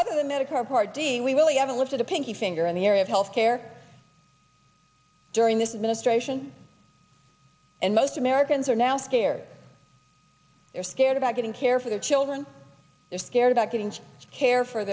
other than medicare part d we really haven't looked at a pinky finger in the area of health care during this ministration and most americans are now scared they're scared about getting care for their children they're scared about getting care for